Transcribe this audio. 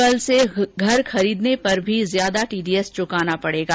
कल से घर खरीदने पर भी ज्यादा टीडीएस चुकाना पड़ेगा